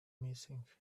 missing